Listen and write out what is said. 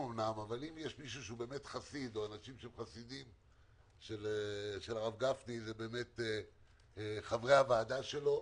אנשים שהם חסידים של הרב גפני זה חברי הוועדה שלו,